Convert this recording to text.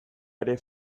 ere